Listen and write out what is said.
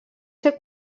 ser